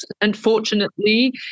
unfortunately